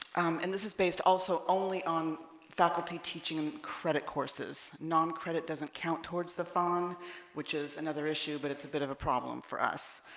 and this is based also only on faculty teaching credit courses non-credit doesn't count towards the phone which is another issue but it's a bit of a problem for us